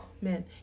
man